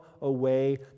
away